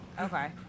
Okay